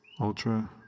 ultra